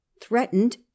threatened